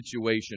situation